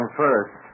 first